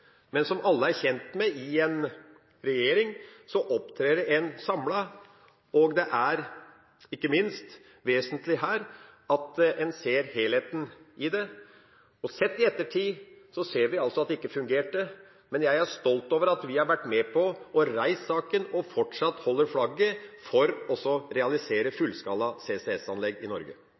men som alle er kjent med i en regjering, opptrer en samlet. Det er ikke minst vesentlig at en her ser helheten i det. Og sett i ettertid ser vi altså at det ikke fungerte. Men jeg er stolt over at vi har vært med på å reise saken og fortsatt holder flagget for å realisere fullskala CCS-anlegg i Norge.